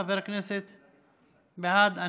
חבר הכנסת בעד,